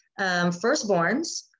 firstborns